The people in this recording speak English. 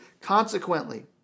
consequently